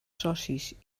socis